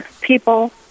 people